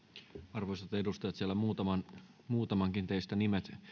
arvoisat edustajat siellä muutamankin teistä nimet